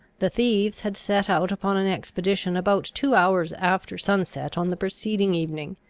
the thieves had set out upon an expedition about two hours after sunset on the preceding evening,